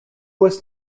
was